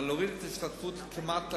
אבל להוריד את ההשתתפות כמעט לאפס.